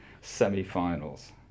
semi-finals